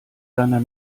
deiner